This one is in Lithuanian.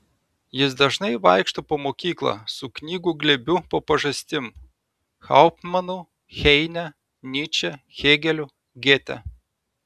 jis dažnai vaikšto po mokyklą su knygų glėbiu po pažastim hauptmanu heine nyče hėgeliu gėte